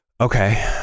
Okay